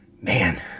man